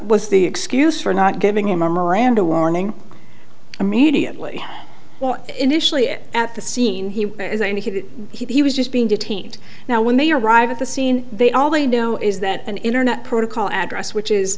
was the excuse for not giving him a miranda warning immediately well initially it at the scene he indicated he was just being detained now when they arrive at the scene they all they know is that an internet protocol address which is